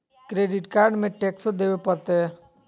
Credit card में टेक्सो देवे परते?